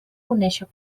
conéixer